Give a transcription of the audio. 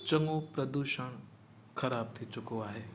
चङो प्रदुषण ख़राबु थी चुको आहे